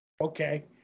Okay